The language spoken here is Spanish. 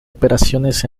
operaciones